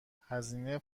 هزینه